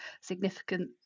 significant